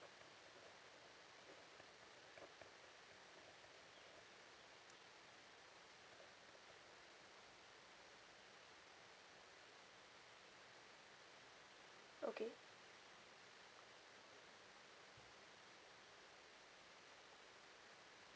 okay